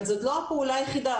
אבל זאת לא הפעולה היחידה,